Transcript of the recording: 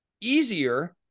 easier